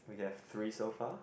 we have three so far